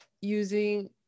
using